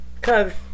cause